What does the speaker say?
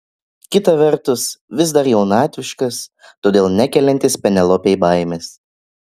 kita vertus vis dar jaunatviškas todėl nekeliantis penelopei baimės